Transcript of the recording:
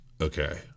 Okay